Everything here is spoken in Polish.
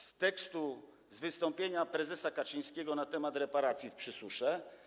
Z tekstu wystąpienia prezesa Kaczyńskiego na temat reparacji w Przysusze.